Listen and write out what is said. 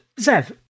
Zev